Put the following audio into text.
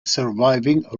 surviving